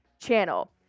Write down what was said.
channel